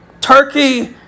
Turkey